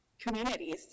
communities